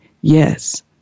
yes